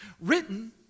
written